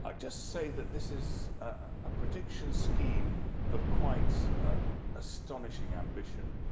ah just say that this is a prediction scheme of quite astonishing ambition.